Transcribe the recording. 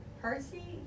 Percy